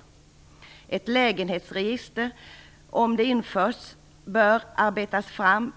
Om ett lägenhetsregister införs bör det utarbetas